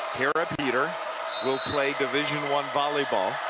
kara peter will play division one volleyball.